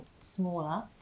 smaller